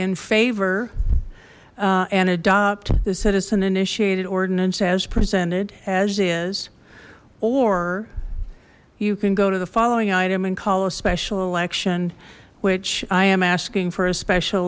in favor and adopt the citizen initiated ordinance as presented as is or you can go to the following item and call a special election which i am asking for a special